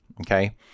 Okay